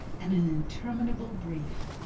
and an interminable brief,